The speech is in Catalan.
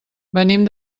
venim